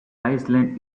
island